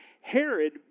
Herod